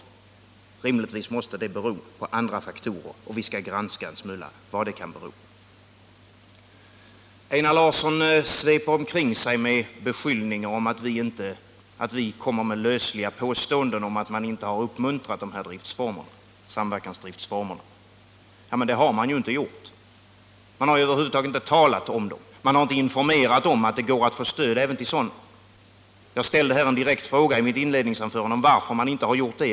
Att de inte gjort det måste rimligtvis bero på andra förhållanden, och vi skall granska en smula vilka dessa kan vara. Einar Larsson sveper omkring sig med beskyllningar att vi kommer med lösliga påståenden om att man inte har uppmuntrat de här samverkansdriftsformerna. Men man har ju inte gjort det. Man har över huvud taget inte talat om dem. Man har inte informerat om att det går att få stöd även till sådana. Jag ställde i mitt inledningsanförande en direkt fråga om varför man inte gjort det.